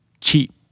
Cheap